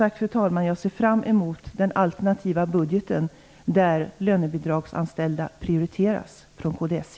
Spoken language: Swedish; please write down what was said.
Jag ser som sagt fram emot den alternativa budgeten från kds sida, där lönebidragsanställda prioriteras.